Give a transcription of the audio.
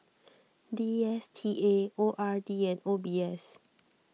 D S T A O R D and O B S